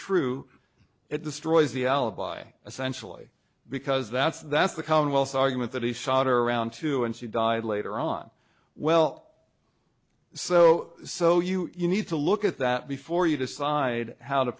true it destroys the alibi essentially because that's that's the commonwealth's argument that he shot her around to and she died later on well so so you you need to look at that before you decide how to